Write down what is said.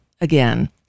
again